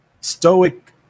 stoic